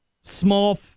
Small